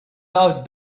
out